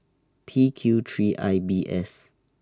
P Q three I B S